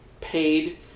paid